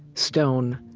stone.